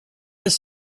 his